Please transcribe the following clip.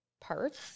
parts